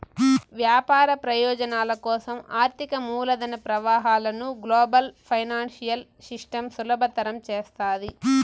వ్యాపార ప్రయోజనాల కోసం ఆర్థిక మూలధన ప్రవాహాలను గ్లోబల్ ఫైనాన్సియల్ సిస్టమ్ సులభతరం చేస్తాది